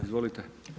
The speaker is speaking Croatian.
Izvolite.